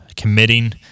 committing